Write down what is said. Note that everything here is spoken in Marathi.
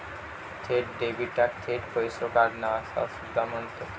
थेट डेबिटाक थेट पैसो काढणा असा सुद्धा म्हणतत